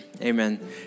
Amen